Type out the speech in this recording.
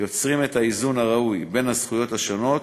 יוצרים את האיזון הראוי בין הזכויות השונות